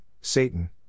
Satan